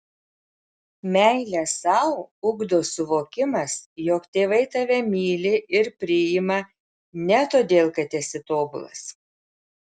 meilę sau ugdo suvokimas jog tėvai tave myli ir priima ne todėl kad esi tobulas